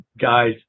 guys